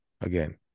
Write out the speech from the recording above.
Again